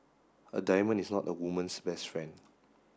a diamond is not a woman's best friend